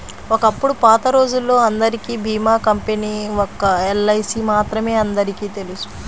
ఒకప్పుడు పాతరోజుల్లో అందరికీ భీమా కంపెనీ ఒక్క ఎల్ఐసీ మాత్రమే అందరికీ తెలుసు